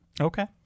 Okay